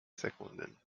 sekunden